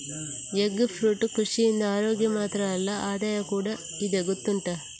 egg fruit ಕೃಷಿಯಿಂದ ಅರೋಗ್ಯ ಮಾತ್ರ ಅಲ್ಲ ಆದಾಯ ಕೂಡಾ ಇದೆ ಗೊತ್ತುಂಟಾ